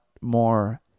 more